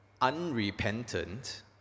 unrepentant